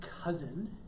cousin